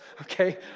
okay